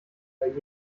weil